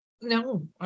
No